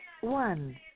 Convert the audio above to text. One